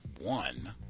one